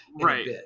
Right